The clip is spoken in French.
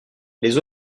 les